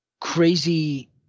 crazy